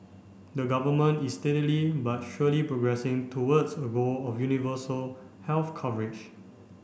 the government is steadily but surely progressing towards a goal of universal health coverage